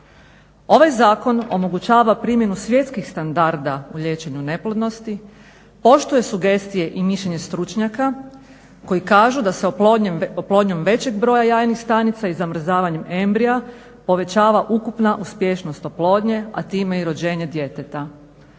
Ovaj zakon omogućava primjenu svjetskih standarda u liječenju neplodnosti, poštuje sugestije i mišljenje stručnjaka koji kažu da se oplodnjom većim brojem jajnih stanica i zamrzavanjem embrija povećava ukupna uspješnost oplodnje, a time i rođenje djeteta.